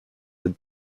with